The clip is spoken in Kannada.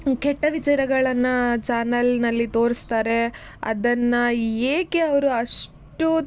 ಕೆಟ್ಟ ವಿಚಾರಗಳನ್ನು ಚಾನೆಲ್ನಲ್ಲಿ ತೋರಿಸ್ತಾರೆ ಅದನ್ನು ಏಕೆ ಅವರು ಅಷ್ಟು